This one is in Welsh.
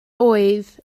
oedd